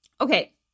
Okay